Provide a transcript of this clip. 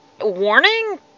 warning